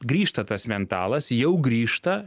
grįžta tas mentalas jau grįžta